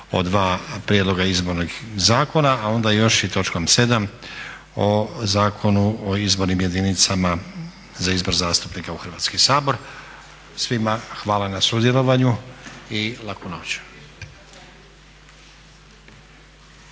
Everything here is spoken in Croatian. o dva prijedloga izbornih zakona, a onda još i točkom 7. o Zakonu o izbornim jedinicama za izbor zastupnika u Hrvatski sabor. Svima hvala na sudjelovanju i laku